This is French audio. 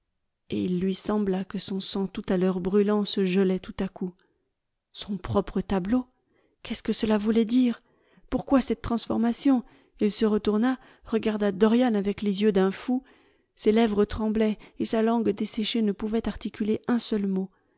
et il lui sembla que son sang tout à l'heure brûlant se gelait tout à coup son propre tableau qu'est-ce que cela voulait dire pourquoi cette transformation il se retourna regarda dorian avec les yeux d'un fou ses lèvres tremblaient et sa langue desséchée ne pouvait articuler un seul mot